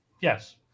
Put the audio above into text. Yes